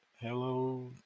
Hello